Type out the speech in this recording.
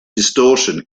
distortion